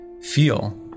feel